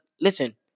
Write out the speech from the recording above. Listen